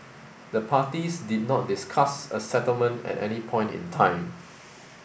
the parties did not discuss a settlement at any point in time